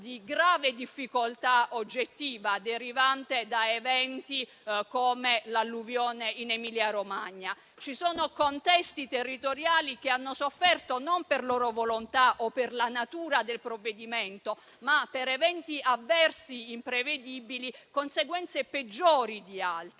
di grave difficoltà oggettiva, derivante da eventi come l'alluvione in Emilia-Romagna. Vi sono contesti territoriali che hanno sofferto, non per loro volontà o per la natura del provvedimento, ma per eventi avversi ed imprevedibili, conseguenze peggiori di altri.